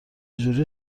جوری